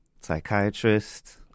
psychiatrist